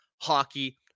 hockey